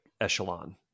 echelon